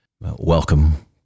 welcome